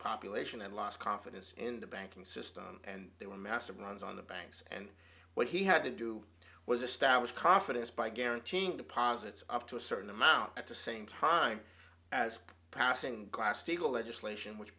population had lost confidence in the banking system and there were massive runs on the banks and what he had to do was establish confidence by guaranteeing deposits up to a certain amount at the same time as passing glass steagall legislation which